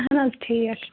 اَہَن حظ ٹھیٖک